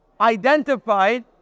identified